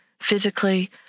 physically